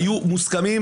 היו מוסכמים,